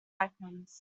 icons